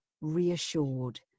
reassured